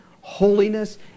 holiness